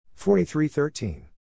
43-13